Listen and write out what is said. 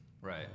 Right